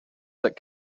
that